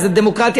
אז דמוקרטיה,